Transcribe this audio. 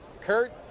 Kurt